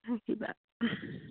থাকিবা